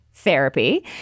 therapy